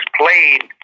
played